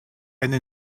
eine